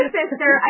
sister